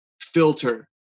filter